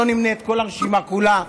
לא נמנה את כל הרשימה כולה,